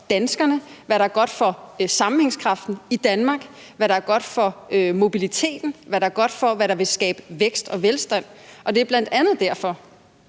danskerne, hvad der er godt for sammenhængskraften i Danmark, hvad der er godt for mobiliteten, hvad der er godt og vil skabe vækst og velstand, og det er bl.a. derfor,